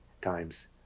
times